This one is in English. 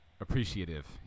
appreciative